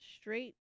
straight